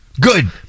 Good